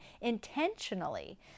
intentionally